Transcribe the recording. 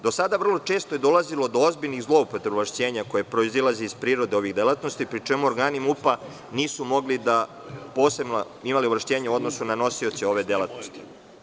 Do sada, vrlo često je dolazilo do ozbiljnih zloupotreba ovlašćenja koje proizilaze iz prirode ovih delatnosti, pri čemu organi MUP-a nisu mogli, a posebno imali ovlašćenja u odnosu na nosioce ove delatnosti.